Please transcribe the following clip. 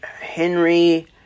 Henry